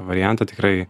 variantą tikrai